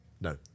No